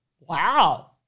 wow